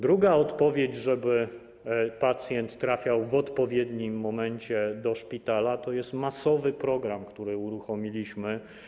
Druga odpowiedź dotycząca tego, żeby pacjent trafiał w odpowiednim momencie do szpitala, to jest masowy program, który uruchomiliśmy.